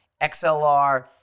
XLR